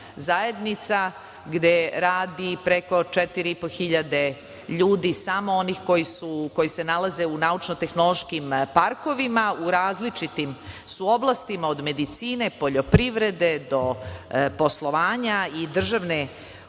zajednica gde radi preko 4.500 ljudi. Samo oni koji se nalaze u naučno-tehnološkim parkovima u različitim su oblastima, od medicine, poljoprivrede, do poslovanja i državne